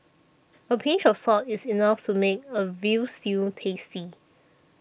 a pinch of salt is enough to make a Veal Stew tasty